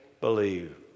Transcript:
believe